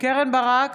קרן ברק,